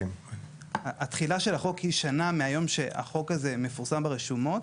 כשנה מהיום שבו החוק מפורסם ברשומות,